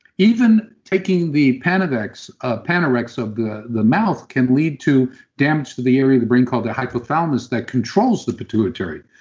even taking the panorex ah panorex of the the mouth can lead to damage to the area of the brain called the hypothalamus that controls the pituitary.